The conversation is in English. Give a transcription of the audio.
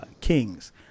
Kings